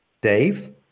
dave